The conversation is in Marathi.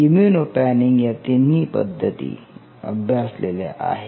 इम्यूनो पॅनिंग या तिन्ही पद्धती अभ्यासलेल्या आहे